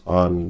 on